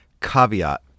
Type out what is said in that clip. caveat